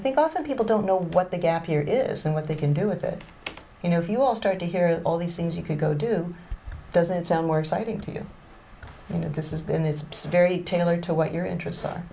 think often people don't know what the gap here is and what they can do with it you know if you all start to hear all these things you can go do doesn't sound more exciting to you and this is then it's very tailored to what your interests are